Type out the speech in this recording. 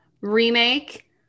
remake